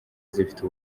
zifite